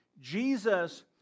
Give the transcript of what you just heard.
Jesus